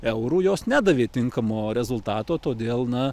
eurų jos nedavė tinkamo rezultato todėl na